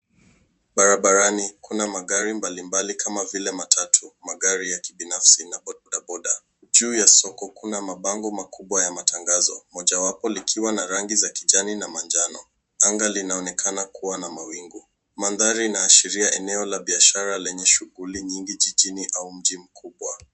Barabarani kuna magari mbalimbali kama vile matatu, magari ya kibinafsi na bodaboda. Juu ya soko kuna mabango makubwa ya matangazo, mojawapo likiwa na rangi la kijani na manjano. Anga linaonekana kua na mawingu. Mandhari inaashiria eneo la biashara yenye mashughuli nyingi jijini au mji mkubwa.